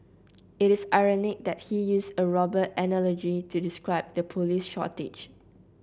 it is ironic that he used a robber analogy to describe the police shortage